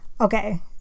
Okay